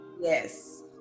Yes